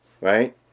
right